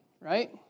right